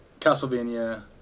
Castlevania